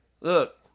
Look